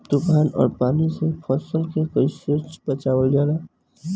तुफान और पानी से फसल के कईसे बचावल जाला?